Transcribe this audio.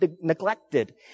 neglected